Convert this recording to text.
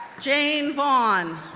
jane vaughan,